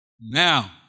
Now